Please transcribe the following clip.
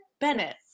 Bennett